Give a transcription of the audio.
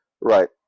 Right